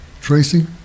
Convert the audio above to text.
Tracy